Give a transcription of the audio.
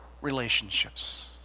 relationships